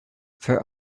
for